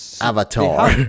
Avatar